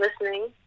listening